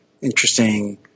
interesting